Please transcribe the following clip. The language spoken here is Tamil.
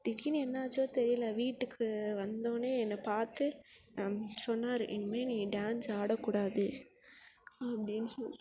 திடிர்னு என்ன ஆச்சோ தெரியல வீட்டுக்கு வந்தவொடனே என்னை பார்த்து சொன்னார் இனிமே நீ டான்ஸ் ஆடக்கூடாது அப்படின்னு சொன்